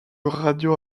radio